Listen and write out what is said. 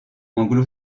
anglo